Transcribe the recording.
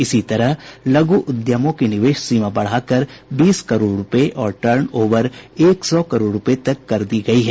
इसी तरह लघु उद्यमों की निवेश सीमा बढ़ाकर बीस करोड़ रुपये और टर्न ओवर एक सौ करोड़ रुपये तक कर दी गई है